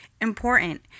important